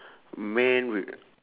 man with